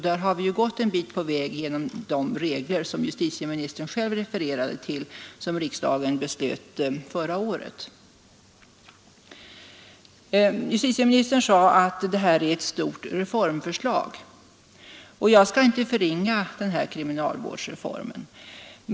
Där har vi gått en bit på väg genom de regler som riksdagen beslöt om förra året och som justitieministern själv refererade till. Justitieministern sade att det här är ett stort reformförslag. Jag skall inte förringa värdet av denna kriminalvårdsreform.